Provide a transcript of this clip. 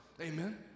amen